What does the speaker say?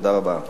תודה רבה.